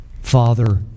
Father